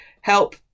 help